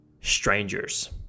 strangers